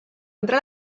entre